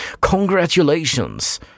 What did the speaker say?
Congratulations